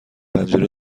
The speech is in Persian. پنجره